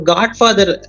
Godfather